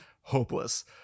hopeless